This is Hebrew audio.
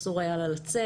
אסור היה לה לצאת,